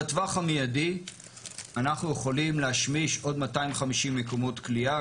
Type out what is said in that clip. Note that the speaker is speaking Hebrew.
בטווח המיידי אנחנו יכולים להשמיש עוד 250 מקומות כליאה,